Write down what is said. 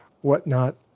whatnot